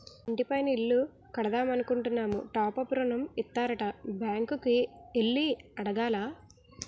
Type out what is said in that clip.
ఇంటి పైన ఇల్లు కడదామనుకుంటున్నాము టాప్ అప్ ఋణం ఇత్తారట బ్యాంకు కి ఎల్లి అడగాల